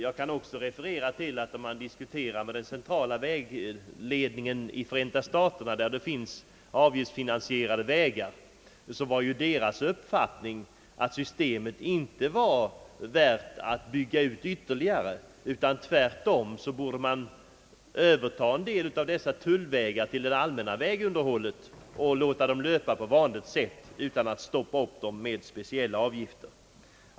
Jag kan också referera till att vid diskussion med den centrala vägledningen i Förenta staterna, där det finns avgiftsfinansierade vägar, framkom att man hade den uppfatiningen att det inte var värt att bygga ut systemet ytterligare utan att man tvärtom borde ta in en del av dessa tullvägar under det allmänna vägunderhållet och låta bilisterna köra på vanligt sätt där utan att stoppa dem för att ta upp speciella avgifter.